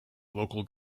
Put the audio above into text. local